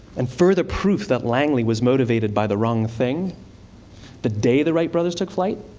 and further proof that langley was motivated by the wrong thing the day the wright brothers took flight,